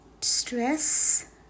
stress